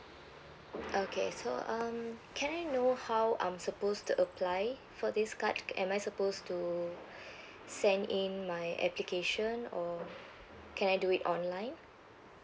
okay so um can I know how I'm supposed to apply for this card am I supposed to send in my application or can I do it online